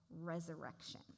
resurrection